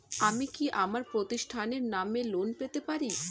আমি কি আমার প্রতিষ্ঠানের নামে ঋণ পেতে পারি?